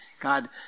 God